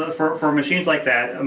ah for for machines like that,